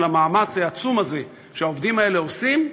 המאמץ העצום הזה שהעובדים האלה עושים,